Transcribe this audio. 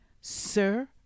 Sir